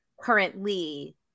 currently